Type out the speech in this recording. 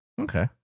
Okay